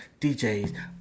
DJs